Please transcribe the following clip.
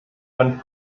dann